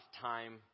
time